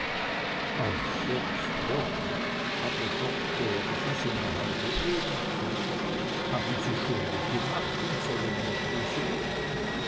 auf sechs wochen aber doktor das is ja ne halbe ewigkeit haben sie schulden gemacht und sollen in prison